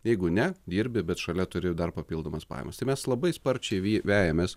jeigu ne dirbi bet šalia turi dar papildomas pajamas tai mes labai sparčiai vi vejamės